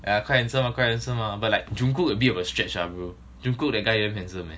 yeah correct answer correct answer mah but like jong kook a bit of a stretch ah bro jung kook that guy very handsome leh